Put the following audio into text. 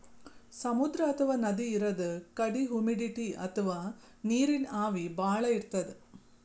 ಸಮುದ್ರ ಅಥವಾ ನದಿ ಇರದ್ ಕಡಿ ಹುಮಿಡಿಟಿ ಅಥವಾ ನೀರಿನ್ ಆವಿ ಭಾಳ್ ಇರ್ತದ್